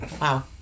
Wow